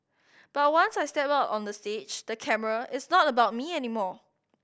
but once I step out on the stage the camera it's not about me anymore